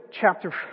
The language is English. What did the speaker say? chapter